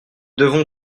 devons